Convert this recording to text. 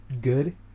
good